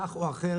כך או אחרת,